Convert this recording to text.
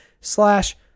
slash